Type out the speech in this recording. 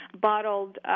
bottled